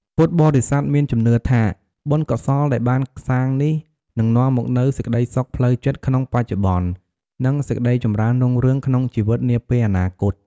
ពុទ្ធបរិស័ទមានជំនឿថា បុណ្យកុសលដែលបានសាងនេះនឹងនាំមកនូវសេចក្ដីសុខផ្លូវចិត្តក្នុងបច្ចុប្បន្ន និងសេចក្ដីចម្រើនរុងរឿងក្នុងជីវិតនាពេលអនាគត។